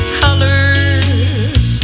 colors